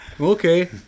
Okay